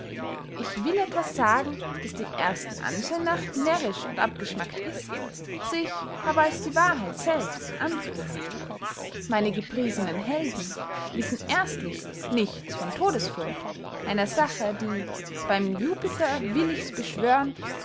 ich will etwas sagen das dem ersten anschein nach närrisch und abgeschmackt ist sich aber als die wahrheit selbst anpreist meine gepriesenen helden wissen erstlich nichts von todesfurcht einer sache die beym